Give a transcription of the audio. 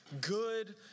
good